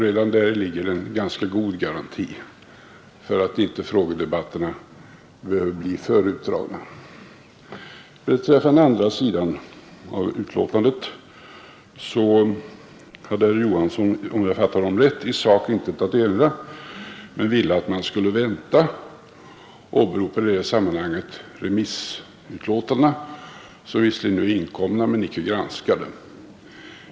Redan däri ligger en ganska god garanti för att frågedebatterna inte behöver bli för utdragna. Beträffande den andra delen av betänkandet hade herr Johansson, om jag fattade honom rätt, i sak intet att erinra, men han ville att man skulle vänta och åberopade i det sammanhanget remissyttrandena, som visser ligen är inkomna men icke granskade.